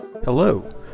Hello